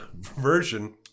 version